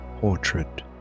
portrait